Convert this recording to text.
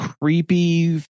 creepy